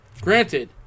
Granted